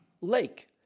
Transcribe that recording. lake